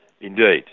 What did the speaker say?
Indeed